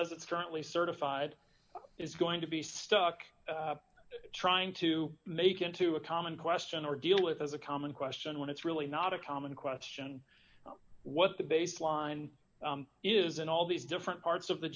as it's currently certified is going to be stuck trying to make it to a common question or deal with as a common question when it's really not a common question what the baseline is and all these different parts of the